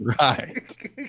Right